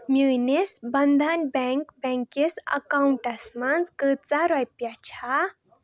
میٲنِس Bandhan bank bank کِس اکاونٹَس منٛز کۭژاہ رۄپیہِ چھےٚ؟